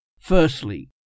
Firstly